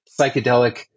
psychedelic